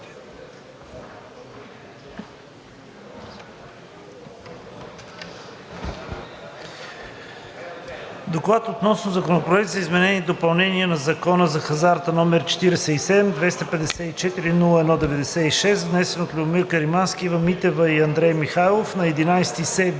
„Доклад относно Законопроект за изменение и допълнение на Закона за хазарта, № 47-254-01-96, внесен от Любомир Каримански, Ива Митева и Андрей Михайлов на 11